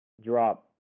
drop